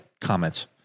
comments